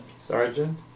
Sergeant